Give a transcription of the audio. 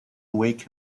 wake